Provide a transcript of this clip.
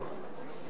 מאיר שטרית,